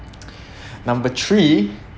number three